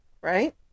right